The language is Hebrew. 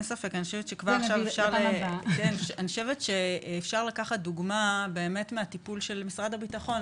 אני חושבת שאפשר לקחת דוגמה מהטיפול של משרד הביטחון.